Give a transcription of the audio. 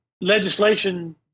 legislation